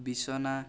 বিছনা